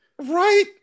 Right